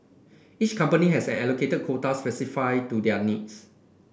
each company has an allocated quota specify to their needs